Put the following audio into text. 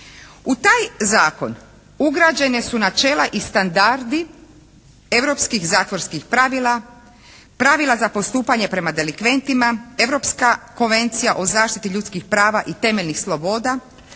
U taj zakon ugrađena su načela i standardi europskih zatvorskih pravila, pravila za postupanje prema delikventima, Europska konvencija o zaštiti ljudskih prava i temeljnih sloboda